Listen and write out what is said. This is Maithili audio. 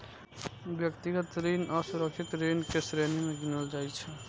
व्यक्तिगत ऋण असुरक्षित ऋण के श्रेणी मे गिनल जाइ छै